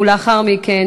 לאחר מכן,